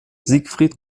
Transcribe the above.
siegfried